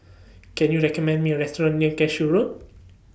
Can YOU recommend Me A Restaurant near Cashew Road